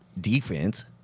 defense